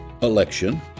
election